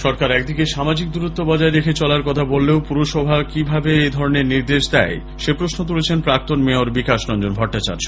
byte সরকার একদিকে সামাজিক দূরত্ব বজায় রেখে চলার কথা বললেও পুরসভা কিভাবে এধরনের নির্দেশ দেয় সে প্রশ্ন তুলেছেন প্রাক্তন মেয়র বিকাশরঞ্জন ভট্টাচার্য